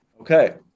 Okay